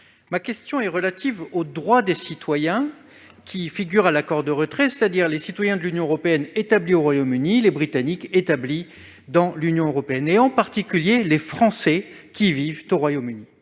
ma question est relative aux droits des citoyens figurant dans l'accord de retrait, qu'il s'agisse des citoyens de l'Union européenne établis au Royaume-Uni ou des Britanniques établis dans l'Union européenne. Je pense en particulier aux Français qui vivent au Royaume-Uni.